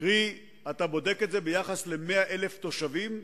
קרי, אתה בודק את זה ביחס ל-100,000 תושבים,